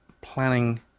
planning